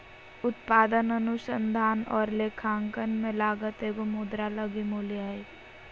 उत्पादन अनुसंधान और लेखांकन में लागत एगो मुद्रा लगी मूल्य हइ